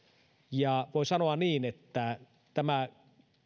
ja voi sanoa että tämä